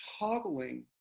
toggling